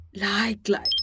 like-like